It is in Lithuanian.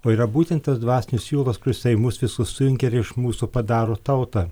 o yra būtent tas dvasinis siūlas kuris tai mus visus sujungia ir iš mūsų padaro tautą